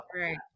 Right